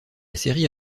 série